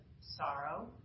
sorrow